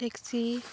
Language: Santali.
ᱴᱮᱠᱥᱤ